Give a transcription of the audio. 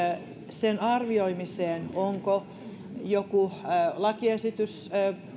sen arvioimiseen onko joku lakiesitys